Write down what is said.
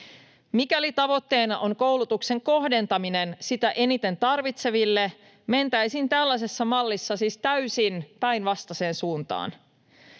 Mikäli tavoitteena on koulutuksen kohdentaminen sitä eniten tarvitseville, mentäisiin tällaisessa mallissa siis täysin päinvastaiseen suuntaan.